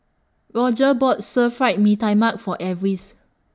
Roger bought Stir Fried Mee Tai Mak For Alvis